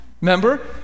Remember